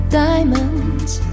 diamonds